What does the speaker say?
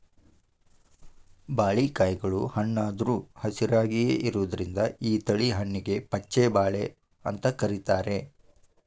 ಬಾಳಿಕಾಯಿಗಳು ಹಣ್ಣಾದ್ರು ಹಸಿರಾಯಾಗಿಯೇ ಇರೋದ್ರಿಂದ ಈ ತಳಿ ಹಣ್ಣಿಗೆ ಪಚ್ಛ ಬಾಳೆ ಅಂತ ಕರೇತಾರ